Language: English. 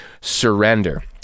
Surrender